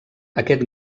aquest